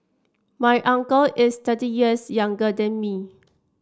my uncle is thirty years younger than me